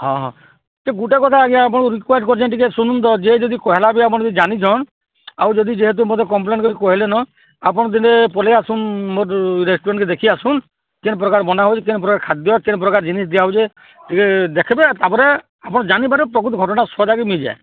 ହଁ ହଁ ସେ ଗୁଟେ କଥା ଆଜ୍ଞା ଆପଣଙ୍କୁ ରିକୱେଷ୍ଟ କରୁଛେଁ ଟିକିଏ ଶୁଣନ୍ତୁ ଯିଏ ଯଦି କହିଲା ବି ଆପଣ ଯଦି ଜାଣିଛନ୍ ଆଉ ଯଦି ଯେହେତୁ ମୋତେ କମ୍ପ୍ଲେନ୍ କରିକି କହିଲେନ ଆପଣ ଦିନେ ପଳେଇଆସନ୍ ମୋ ରେଷ୍ଟୁରାଣ୍ଟକେ ଦେଖି ଆସୁନ୍ କେନ୍ ପ୍ରକାର ବନା ହେଉଛି କେନ୍ ପ୍ରକାର ଖାଦ୍ୟ କେନ୍ ପ୍ରକାର ଜିନିଷ୍ ଦିଆହେଉଛେ ଟିକେ ଦେଖବେ ତାପରେ ଆପଣ ଜାଣିବେ ଯେ ପ୍ରକୃତ ଘଟ୍ଣା ସତ୍ କି ମିଛ୍ ହଏ